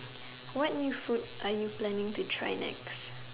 what new food are you planning to try next